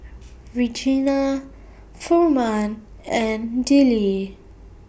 Regena Furman and Dillie